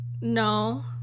No